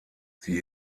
sie